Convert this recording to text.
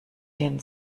den